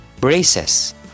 braces